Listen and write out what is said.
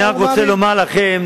אני רק רוצה לומר לכם,